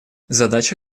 задача